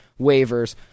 waivers